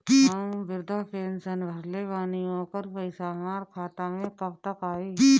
हम विर्धा पैंसैन भरले बानी ओकर पईसा हमार खाता मे कब तक आई?